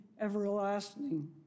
everlasting